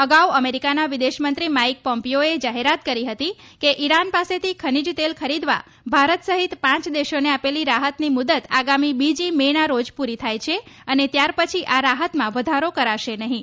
અગાઉ અમેરીકાના વિદેશમંત્રી માઇક પોમ્પીઓએ જાહેરાત કરી હતી કે ઇરાન પાસેથી ખનીજ તેલ ખરીદવા ભારત સહિત પાંચ દેશોને આપેલી રાહતની મુદત આગામી બીજી મે ના રોજ પૂરી થાય છે અને ત્યારપછી આ રાહતમાં વધારો કરાશે નહિં